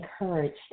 encouraged